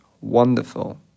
wonderful